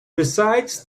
besides